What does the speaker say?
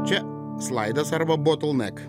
čia slaidas arba bottleneck